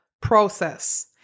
process